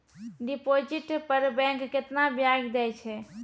Deposit पर bank केतना ब्याज दै छै?